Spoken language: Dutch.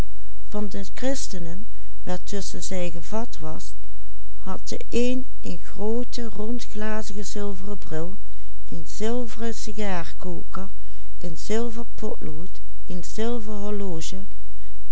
een zilveren sigaarkoker een zilver potlood een zilver horloge